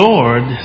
Lord